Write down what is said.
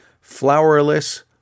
flowerless